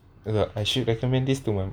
tak tak I should recommend this to